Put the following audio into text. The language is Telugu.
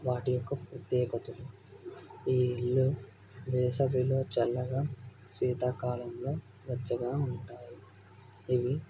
వాటి యొక్క ప్రత్యేకతలు ఈ ఇల్లు వేసవిలో చల్లగా శీతాకాలంలో వెచ్చగా ఉంటాయి ఇవి